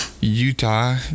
Utah